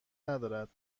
ندارد